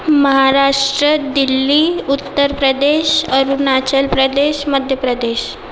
Maharashtra Delhi Uttar Pradesh Arunachal Pradesh Madhya Pradesh